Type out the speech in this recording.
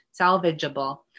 salvageable